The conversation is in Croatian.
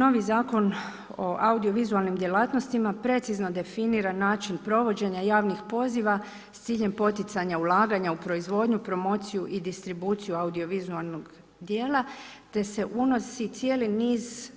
Novi Zakon o audiovizualnim djelatnostima precizno definira način provođenja javnih poziva s ciljem poticanja ulaganja u proizvodnju, promociju i distribuciju audiovizualnog djela, te se uvodi cijeli niz